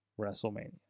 WrestleMania